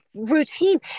routine